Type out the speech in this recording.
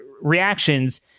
reactions